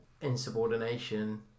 Insubordination